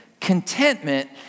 Contentment